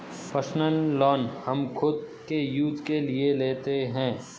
personal loan हम खुद के यूज के लिए लेते है